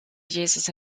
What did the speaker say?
jesus